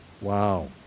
Wow